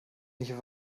nicht